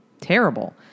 terrible